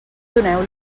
doneu